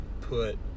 put